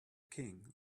king